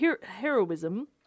heroism